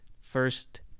First